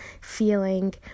feeling